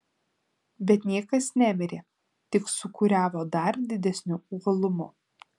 bet niekas nemirė tik sūkuriavo dar didesniu uolumu